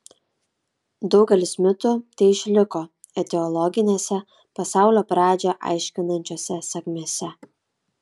daugelis mitų teišliko etiologinėse pasaulio pradžią aiškinančiose sakmėse